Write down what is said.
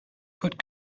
put